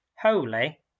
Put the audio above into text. holy